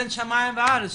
בין שמיים וארץ,